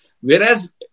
Whereas